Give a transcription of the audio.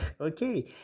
okay